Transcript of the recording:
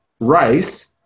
rice